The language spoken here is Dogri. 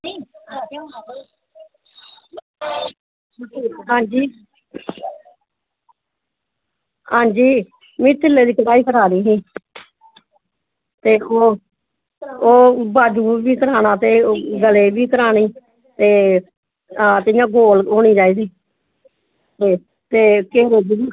हां जी हां जी मे तिल्ले दी कढ़ाई करवानी ही फिर हून ओह् बाजुएं गी बी करानें ते गले गी बी करानां ते हां इयां गोल होनी चाही दी हां ते कदूं कढ़गे